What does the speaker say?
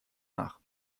nach